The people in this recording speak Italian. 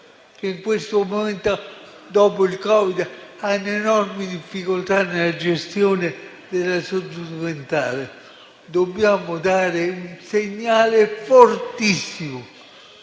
che in questo momento, dopo il Covid, hanno enormi difficoltà nella gestione della salute mentale. Dobbiamo dare un segnale fortissimo